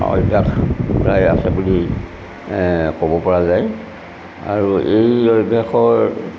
অভ্যাস প্ৰায় আছে বুলি ক'ব পৰা যায় আৰু এই অভ্যাসৰ